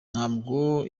ntabwo